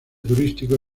turístico